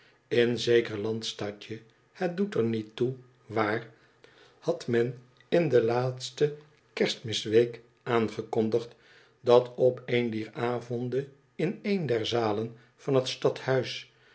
in zeker landstadje het doet er niet toe waar had men in de laatste kerstmisweek aangekondigd dat op een dier avonden in een der zalen van het stadhuis